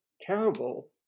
terrible